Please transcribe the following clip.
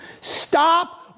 Stop